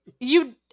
You-